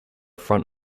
front